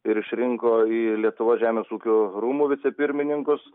ir išrinko į lietuvos žemės ūkio rūmų vicepirmininkus